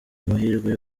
amahirwe